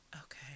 Okay